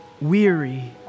weary